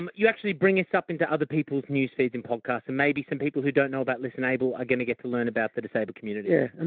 um you actually bring us up into other people's newsfeeds and podcast and maybe some people who don't know about listenable are going to get to learn about the disabled community. yeah and